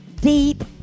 deep